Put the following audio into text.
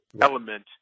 element